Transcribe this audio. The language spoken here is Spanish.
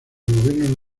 gobierno